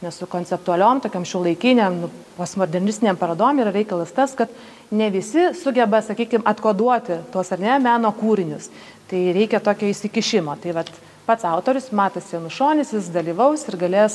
nes su konceptualiom tokiom šiuolaikinėm postmodernistinė parodom yra reikalas tas kad ne visi sugeba sakykim atkoduoti tuos ar ne meno kūrinius tai reikia tokio įsikišimo tai vat pats autorius matas janušonis jisdalyvaus ir galės